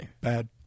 Bad